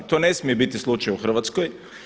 To ne smije biti slučaj u Hrvatskoj.